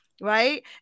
Right